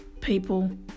people